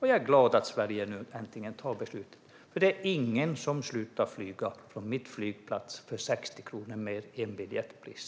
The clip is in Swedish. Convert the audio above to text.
Jag är glad att Sverige nu äntligen fattar detta beslut, för det är ingen som slutar flyga från min flygplats på grund av ett 60 kronor högre biljettpris.